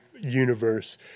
universe